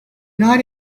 not